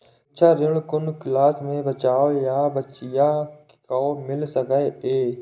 शिक्षा ऋण कुन क्लास कै बचवा या बचिया कै मिल सके यै?